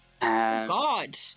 God